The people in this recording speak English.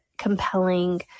compelling